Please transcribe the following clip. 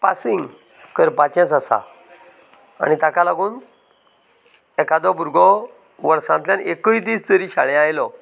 passing करपाचेंच आसा आनी ताका लागून एखादो भुरगो वर्सांतल्यान एकय दिस जरी शाळे आयलो